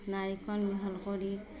নাৰিকল মিহলি কৰি